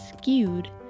skewed